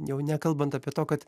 jau nekalbant apie to kad